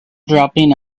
dropping